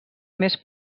més